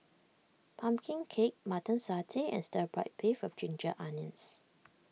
Pumpkin Cake Mutton Satay and Stir Fry Beef of Ginger Onions